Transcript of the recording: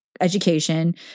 education